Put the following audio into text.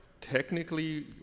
technically